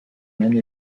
maine